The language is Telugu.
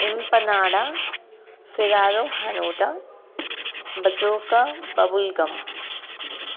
ఇంపనాడ ఫైరో హనూట బజోక బబుల్ గమ్